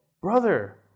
Brother